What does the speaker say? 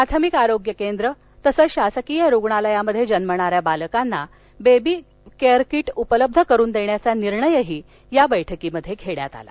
प्राथमिक आरोग्य केंद्र तसंच शासकीय रुग्णालयात जन्मणाऱ्या बालकांना बेबी केअर किट उपलब्ध करून देण्याचा निर्णयही या बैठकीत घेण्यात आला